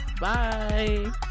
Bye